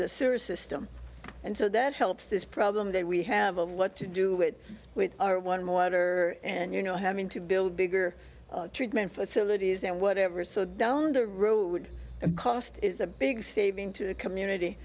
the sewer system and so that helps this problem that we have a lot to do it with our one water and you know having to build bigger treatment facilities and whatever so down the road and cost is a big saving to the community